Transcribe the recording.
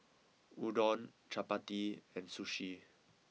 Udon Chapati and Sushi